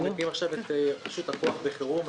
אנחנו מקימים עכשיו את רשות הכוח בחירום.